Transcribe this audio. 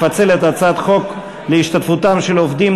לפצל את הצעת חוק להשתתפותם של העובדים,